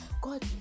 God